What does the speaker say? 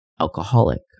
alcoholic